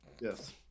Yes